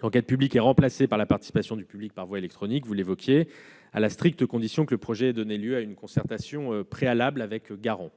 L'enquête publique est remplacée par la participation du public par voie électronique, comme vous l'évoquiez, à la stricte condition que le projet ait donné lieu à une concertation préalable avec garant.